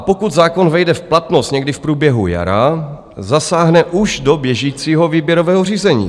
Pokud zákon vejde v platnost někdy v průběhu jara, zasáhne už do běžícího výběrového řízení.